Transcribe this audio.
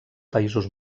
països